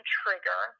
trigger